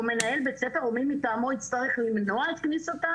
או מנהל בית ספר או מי מטעמו יצטרך למנוע את כניסתם?